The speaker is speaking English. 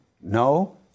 no